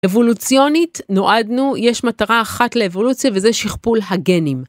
אבולוציונית נועדנו יש מטרה אחת לאבולוציה וזה שכפול הגנים.